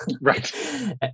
right